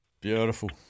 Beautiful